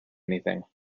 anything